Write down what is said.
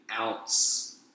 ounce